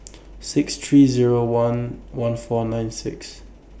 six three Zero one one four nine six